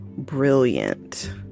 Brilliant